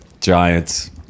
Giants